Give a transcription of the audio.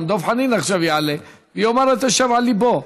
גם דב חנין עכשיו יעלה ויאמר את אשר על ליבו.